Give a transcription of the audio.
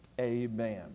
amen